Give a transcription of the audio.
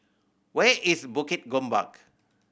where is Bukit Gombak